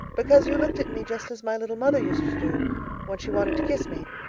because you looked at me just as my little mother used to do when she wanted to kiss me.